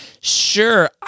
sure